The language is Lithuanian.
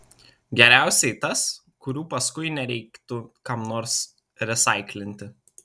geriausiai tas kurių paskui nereiktų kam nors resaiklinti